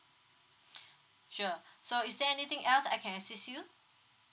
sure so is there anything else I can assist you